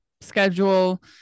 schedule